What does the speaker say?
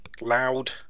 loud